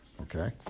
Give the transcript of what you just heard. okay